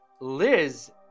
Liz